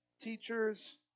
teachers